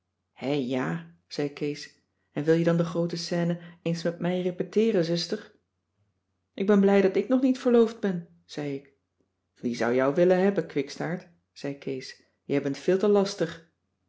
hè ja zei kees en wil je dan de groote scène eens met mij repeteeren zuster ik ben blij dat ik nog niet verloofd ben zei ik wie zou jou willen hebben kwikstaart zei kees jij bent veel te lastig